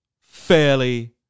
fairly